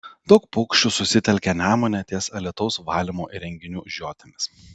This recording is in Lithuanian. daug paukščių susitelkė nemune ties alytaus valymo įrenginių žiotimis